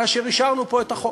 כאשר אישרנו פה את החוק.